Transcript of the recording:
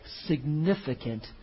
significant